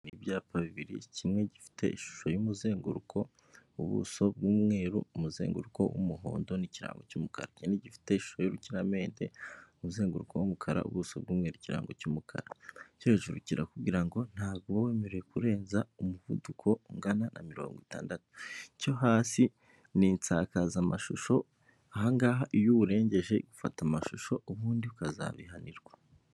Ibyapa bibiri, kimwe gifite ishusho y'umuzenguruko, ubuso bw'umweru, umuzenguruko w'umuhondo, n'ikirango cy'umukara. Ikindi gifite ishusho y'ukiramende umuzenguruka w'umukara, ubuso bw'umweru, n'ikirango cy'umukara . Icyo hejuru kirakubwira ngo, ntabwo wemerewe kurenza umuvuduko ungana na mirongo itandatu, icyo hasi n'insakazamashusho aha ngaha iyo uwurengeje igufata amashusho ubundi ukazabihanirwa.